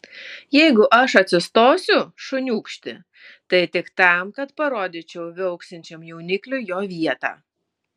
jeigu aš atsistosiu šuniūkšti tai tik tam kad parodyčiau viauksinčiam jaunikliui jo vietą